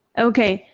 ok,